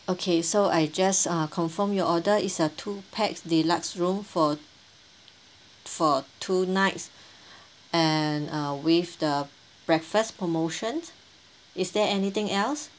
okay so I just uh confirm your order is a two pax deluxe room for for two nights and uh with the breakfast promotions is there anything else